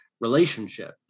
relationship